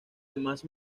demás